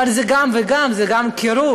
אבל זה גם וגם, זה גם קירור.